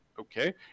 okay